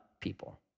people